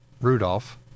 Rudolph